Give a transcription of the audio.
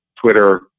Twitter